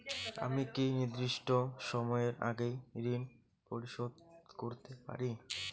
আমি কি নির্দিষ্ট সময়ের আগেই ঋন পরিশোধ করতে পারি?